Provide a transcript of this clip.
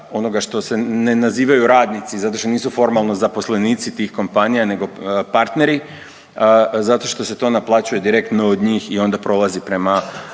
onoga što se ne nazivaju radnici zato što nisu formalno zaposlenici tih kompanija nego partneri, zato što se to naplaćuje direktno od njih i onda prolazi prema,